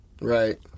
Right